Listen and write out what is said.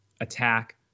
attack